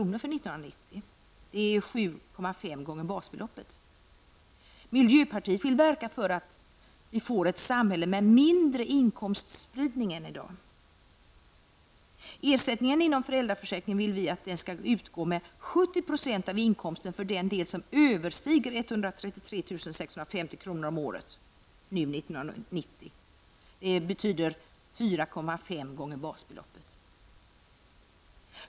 för 1990. Det är 7,5 gånger basbeloppet. Miljöpartiet vill verka för ett samhälle med mindre inkomstspridning än i dag. Ersättningen inom föräldraförsäkringen vill vi skall utgå med 70 % av inkomsten för den del som överstiger 133 650 kr. nu 1990. Det betyder 4,5 gånger basbeloppet.